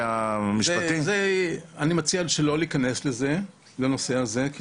אני מציע שלא ניכנס לנושא הזה --- רק